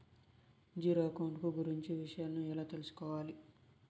Zero account కు గురించి విషయాలను ఎలా తెలుసుకోవాలి?